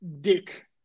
dick